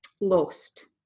lost